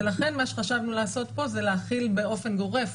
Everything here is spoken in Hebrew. לכן מה שחשבנו לעשות פה זה להחיל באופן גורף,